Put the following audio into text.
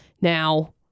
now